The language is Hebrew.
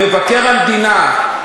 מבקר המדינה,